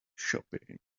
shopping